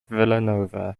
villanova